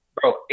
Bro